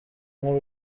nk’u